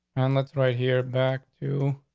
and that's right here. back to,